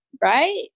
right